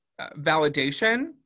validation